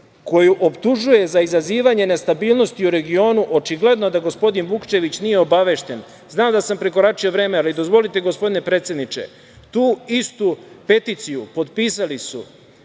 koju optužuje za izazivanje nestabilnosti u regionu. Očigledno da gospodin Vukčević nije obavešten. Znam da sam prekoračio vreme, ali dozvolite, gospodine predsedniče. Tu istu peticiju potpisali su: